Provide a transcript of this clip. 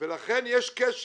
ולכן יש קשר,